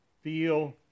feel